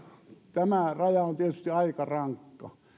tämä raja on tietysti aika rankka